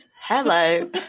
Hello